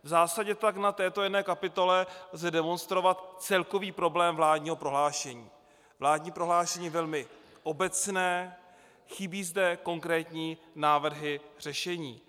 V zásadě tak na této jedné kapitole lze demonstrovat celkový problém vládního prohlášení: vládní prohlášení velmi obecné, chybí zde konkrétní návrhy řešení.